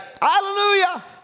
Hallelujah